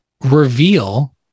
reveal